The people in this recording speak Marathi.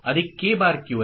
Qn D J